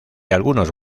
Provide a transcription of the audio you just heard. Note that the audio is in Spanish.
algunos